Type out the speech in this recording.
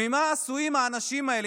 ממה עשויים האנשים האלה,